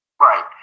right